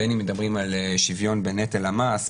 בין אם מדברים על שוויון בנטל המס,